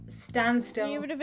standstill